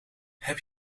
heb